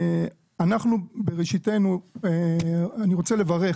אנחנו, בראשיתנו, אני רוצה לברך